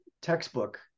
textbook